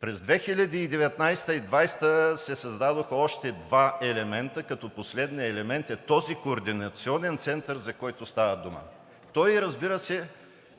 През 2019-а и 2020 г. се създадоха още два елемента, като последният елемент е този координационен център, за който става дума. Той, разбира се,